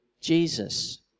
Jesus